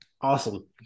awesome